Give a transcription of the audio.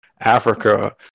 Africa